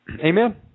Amen